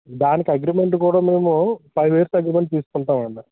దానికి అగ్రిమెంట్ కూడా మేము ఫైవ్ ఇయర్స్ అగ్రిమెంట్ తీసుకుంటాం